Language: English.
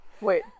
Wait